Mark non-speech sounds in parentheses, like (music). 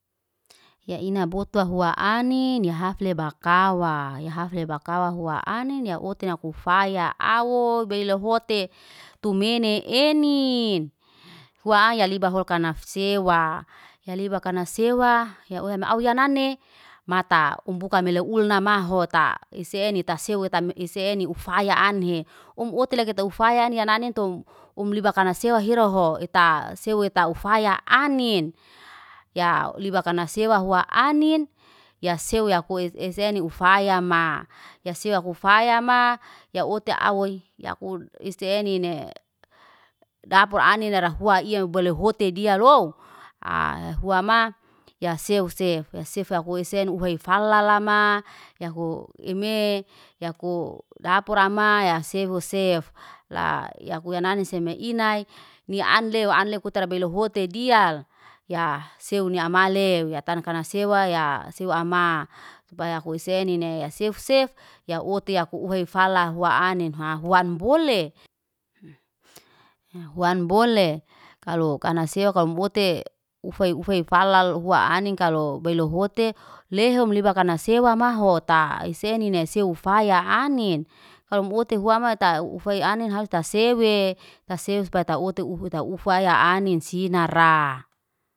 Ya ina (noise) botuwa hua anin, ya hafle bakawa. Ya hafle bakawa hua anin, ya oti na kufaya. Awo belehote tumene enin, hua aya liba lokanasewa. Ya liba kanawsewa, ya uhemi awo yanane. Mata umbuka maleu ulna maho ta, iseni taseu ta ise eni ufaya (noise) ane. Omote lakita ufaya ane ya nane ntum, umliba kanasewa hiroho, ita sewe ta ufaya anin. Ya liba kanasewa hua anin, ya sewi ya kuise eni ufaya ma, ya sewa ya kufaya ma, ya oteawoy ya kuise eni ne. Dapur anin ra hua (noise) iye belehote diya low, (hesitation) hua ma ya sewa sew ya kaise eni uheifalala ma, ya kuime ya ku dapura maya sewo sef. La ya kuyanane seme inaya, ni andle o andle kutara belehote diyal, ya sewa ni amale ya tanakanasewa ya sewa ama. Tupaya kuise eni ne ya sef sef. Ya ote ya ku uheifala hua anin hua huan bole, (noise) huan bole kalo kanasewa kalo umote uf ufeilala hua anin kalo belehote, lehim liba kanasewa maho ta ise eni ne ufaya anin, kalo umate huam ta ufaya ani halo ta sewe, ta sewe supaya taote ufuta ufaya anin sinaraa.